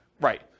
Right